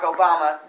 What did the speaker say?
Obama